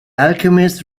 alchemist